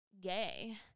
gay